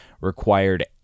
required